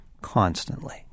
constantly